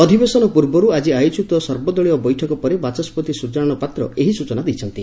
ଅଧିବେଶନ ପୂର୍ବରୁ ଆଜି ଆୟୋଜିତ ସର୍ବଦଳୀୟ ବୈଠକ ପରେ ବାଚସ୍ତି ସୂର୍ଯ୍ନାରାୟଶ ପାତ୍ର ଏହି ସୂଚନା ଦେଇଛନ୍ତି